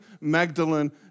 Magdalene